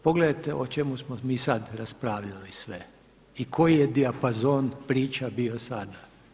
Pogledajte o čemu smo mi sada raspravljali sve i koji je dijapazon priča bio sada.